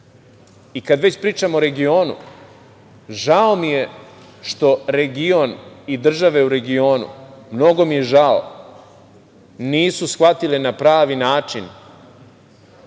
govorimo o regionu, žao mi je što region i države u regionu, mnogo mi je žao, nisu shvatile na pravi način